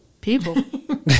People